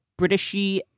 Britishy